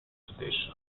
stesso